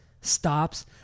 stops